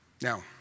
Now